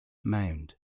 mound